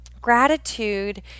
Gratitude